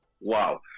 wow